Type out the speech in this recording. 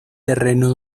terreno